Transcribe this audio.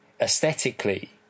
Aesthetically